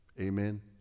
Amen